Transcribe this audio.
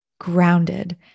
grounded